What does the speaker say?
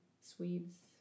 Swedes